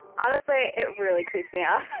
honestly, it really creeps me out